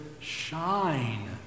shine